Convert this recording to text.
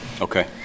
okay